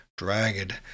Dragged